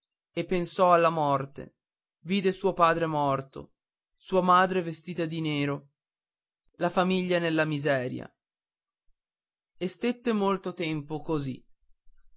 e pensò alla morte vide suo padre morto sua madre vestita di nero la famiglia nella miseria e stette molto tempo così